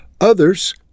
Others